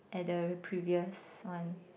at the previous one